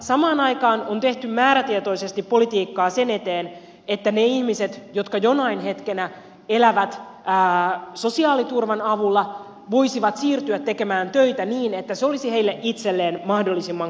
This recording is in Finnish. samaan aikaan on tehty määrätietoisesti politiikkaa sen eteen että ne ihmiset jotka jonain hetkenä elävät sosiaaliturvan avulla voisivat siirtyä tekemään töitä niin että se olisi heille itselleen mahdollisimman kannattavaa